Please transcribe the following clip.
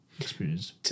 experience